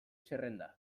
zerrenda